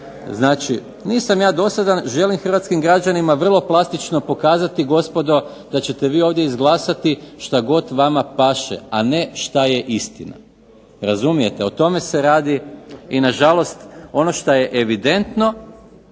sunce. Nisam ja dosadan, želim hrvatskim građanima vrlo plastično pokazati gospodo da ćete vi ovdje izglasati što god vama paše, a ne što je istina. Razumijete o tome se radi. I nažalost ono što je evidentno